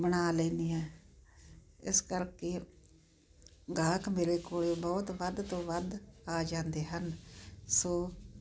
ਬਣਾ ਲੈਨੀ ਹਾਂ ਇਸ ਕਰਕੇ ਗਾਹਕ ਮੇਰੇ ਕੋਲੇ ਬਹੁਤ ਵੱਧ ਤੋਂ ਵੱਧ ਆ ਜਾਂਦੇ ਹਨ ਸੋ